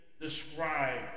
describe